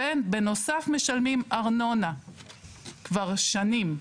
בנוסף, אנחנו משלמים ארנונה כבר שנים,